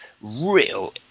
real